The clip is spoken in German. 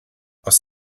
aus